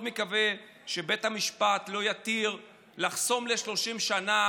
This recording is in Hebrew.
אז אני מאוד מקווה שבית המשפט לא יתיר לחסום ל-30 שנה